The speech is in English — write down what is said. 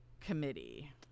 committee